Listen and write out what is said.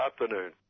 afternoon